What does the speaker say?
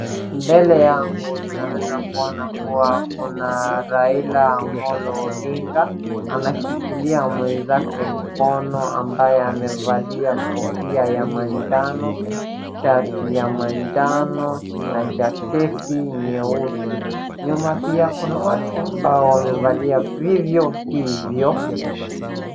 Mbele yangu ninaweza kuona kuwa kuna Raila Amolo Odinga, anashikilia mwenzake mkono ambaye amevalia kofia ya manjano, shati ya manjano na jaketi nyeusi. Nyuma pia kuna watu wamevalia vivyo hivyo.